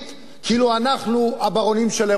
כאילו אנחנו הברונים של אירופה,